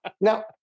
Now